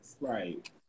right